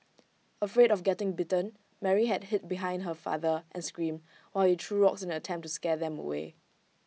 afraid of getting bitten Mary had hid behind her father and screamed while he threw rocks in an attempt to scare them away